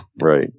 Right